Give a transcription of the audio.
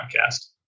Podcast